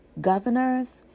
governors